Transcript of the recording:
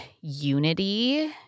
unity